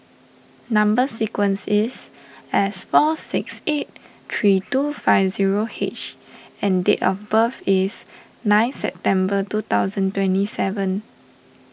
Number Sequence is S four six eight three two five zero H and date of birth is ninth September two thousand and twenty seven